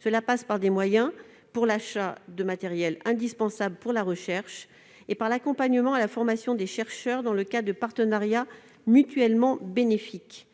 Cela passe par des moyens pour l'achat de matériel indispensable pour la recherche et par l'accompagnement à la formation des chercheurs dans le cadre de partenariats mutuellement bénéfiques.